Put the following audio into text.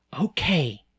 Okay